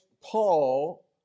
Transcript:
Paul